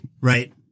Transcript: right